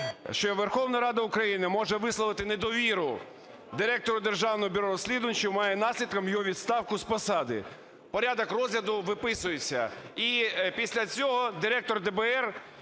що Верховна Рада України може висловити недовіру директору Державного бюро розслідувань, що має наслідком його відставку з посади, порядок розгляду виписується, і після цього директор ДБР